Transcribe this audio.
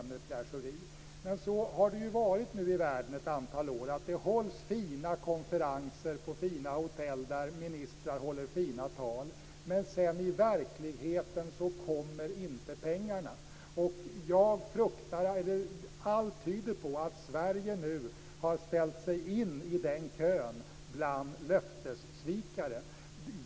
Men så har det ju nu varit i världen ett antal år. Det hålls fina konferenser på fina hotell där ministrar håller fina tal. Men i verkligheten kommer sedan inte pengarna. Allt tyder på att Sverige nu har ställt in sig i kön av löftessvikare.